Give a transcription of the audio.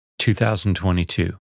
2022